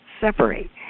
separate